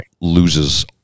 loses